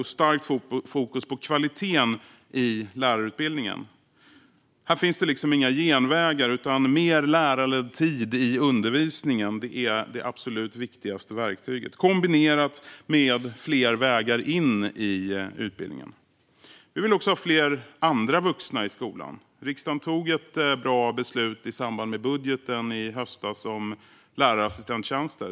Det ska också vara ett starkt fokus på kvaliteten i lärarutbildningen. Det finns inga genvägar, utan mer lärarledd tid i undervisningen är det absolut viktigaste verktyget kombinerat med fler vägar in i utbildningen. Vi vill också ha fler andra vuxna i skolan. Riksdagen fattade ett bra beslut i samband med budgeten i höstas om lärarassistenttjänster.